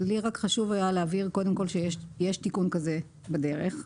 לי היה חשוב להבהיר שיש תיקון כזה בדרך.